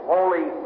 Holy